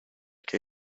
que